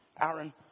Aaron